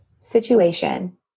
situation